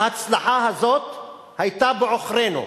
ההצלחה הזאת היתה בעוכרינו.